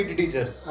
teachers